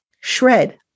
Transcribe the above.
shred